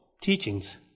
teachings